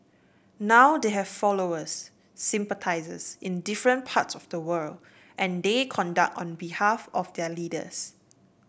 now they have followers sympathisers in different parts of the world and they conduct on behalf of their leaders